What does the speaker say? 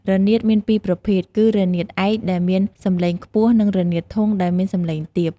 រនាតមានពីរប្រភេទ គឺ រនាតឯក ដែលមាន សំឡេងខ្ពស់ និង រនាតធុង ដែលមាន សំឡេងទាប។